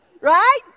Right